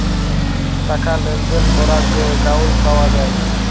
টাকা লেলদেল ক্যরার যে একাউল্ট পাউয়া যায়